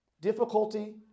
Difficulty